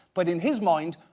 but in his mind,